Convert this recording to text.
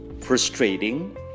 frustrating